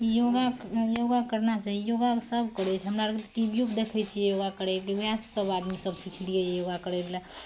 योगा योगा करना चाही योगा सब करै छै हमरा आरके टिबियो पर देखैत छियै योगा करैत ओहएसँ सब आदमी सब सिखलियै योगा करै बला